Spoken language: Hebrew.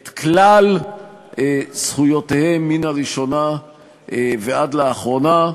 את כלל זכויותיהם, מן הראשונה ועד לאחרונה,